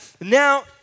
Now